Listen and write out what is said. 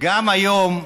גם היום,